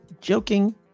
Joking